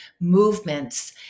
movements